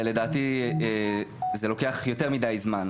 ולדעתי זה לוקח יותר מידיי זמן.